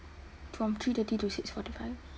from three thirty to six forty five